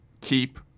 keep